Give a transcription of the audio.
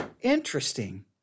Interesting